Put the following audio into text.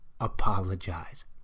Apologize